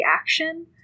action